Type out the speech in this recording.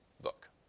book